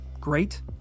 Great